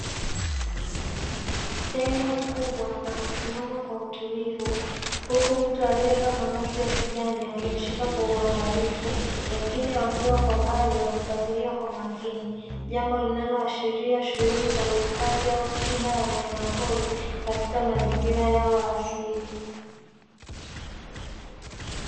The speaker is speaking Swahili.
Tembo mkubwa amesimama kwa utulivu, huku mtu aliyevaa mavazi ya kijani akimshika kwa uangalifu, wengine wakiwa kwa mbali wakifatilia kwa makini, jambo linaloashiria shughuli za uhifadhi au tiba ya wanyamapori katika mazingira yao ya asili.